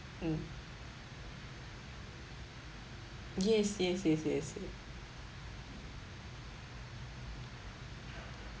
mm yes yes yes yes